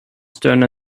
stone